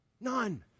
None